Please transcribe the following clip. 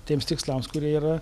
tiems tikslams kurie yra